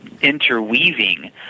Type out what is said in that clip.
interweaving